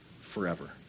forever